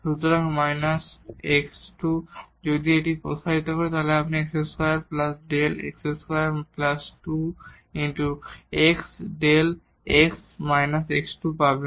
সুতরাং −x2 যদি আমি এটি প্রসারিত করি তাহলে আপনি x2 Δ x2 2 x Δ x − x2 পাবেন